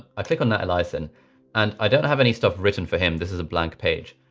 i click on nat eliason and i don't have any stuff written for him. this is a blank page,